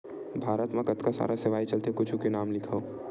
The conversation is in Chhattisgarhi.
भारत मा कतका सारा सेवाएं चलथे कुछु के नाम लिखव?